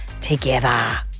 Together